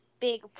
big